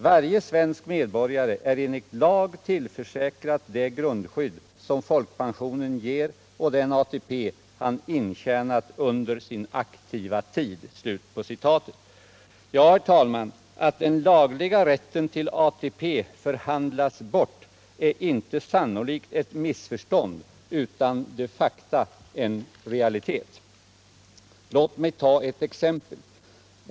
Varje svensk medborgare är enligt lag tillförsäkrad det grundskydd som folkpensionen ger och den ATP han intjänat under sin aktiva tid.” Ja, herr talman, att den lagliga rätten till ATP förhandlats bort är inte sannolikt ett missförstånd utan en realitet. Låt mig ta ett exempel.